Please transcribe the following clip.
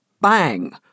bang